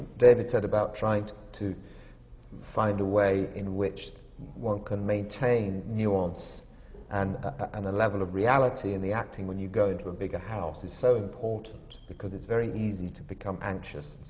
david said about trying to to find a way in which one can maintain nuance and and a level of reality in the acting, when you go into a bigger house, is so important. because it's very easy to become anxious,